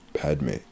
Padme